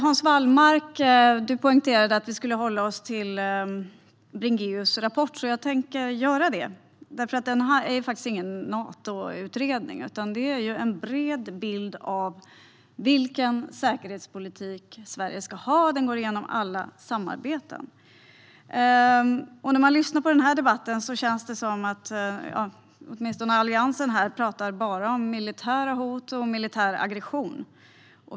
Hans Wallmark poängterade att vi skulle hålla oss till Bringéus rapport, så jag tänker göra det. Det är faktiskt ingen Natoutredning, utan den ger en bred bild av vilken säkerhetspolitik Sverige ska föra. Utredningen går igenom alla samarbeten. När jag har lyssnat på den här debatten har det känts som om Alliansen bara pratar om militära hot och militär aggression.